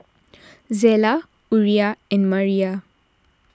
Zella Uriah and Maria